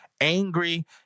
angry